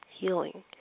healing